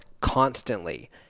constantly